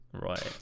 Right